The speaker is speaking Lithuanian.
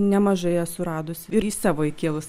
nemažai esu radus ir į savo įkėlus